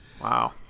wow